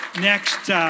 next